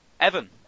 Evan